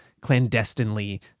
clandestinely